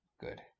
Good